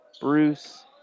Bruce